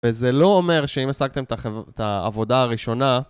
וזה לא אומר שאם השגתם את החב... את העבודה הראשונה...